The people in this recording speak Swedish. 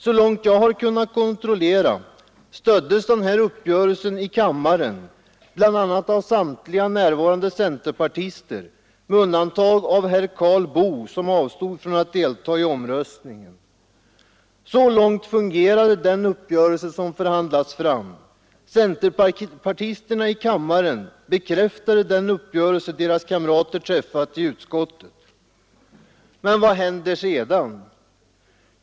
Så långt jag har kunnat kontrollera stöddes uppgörelsen i kammaren bl.a. av samtliga närvarande centerpartister med undantag av herr Karl Boo, som avstod från att delta i omröstningen. Så långt fungerade den uppgörelse som förhandlats fram. Centerpartisterna i kammaren bekräftade den uppgörelse som deras kamrater träffat i utskottet. Men vad händer sedan?